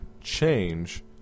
change